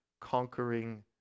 conquering